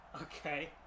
Okay